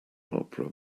opera